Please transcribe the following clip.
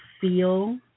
feel